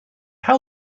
how